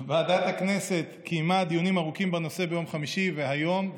ועדת הכנסת קיימה דיונים ארוכים בנושא ביום חמישי והיום,